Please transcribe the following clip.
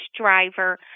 driver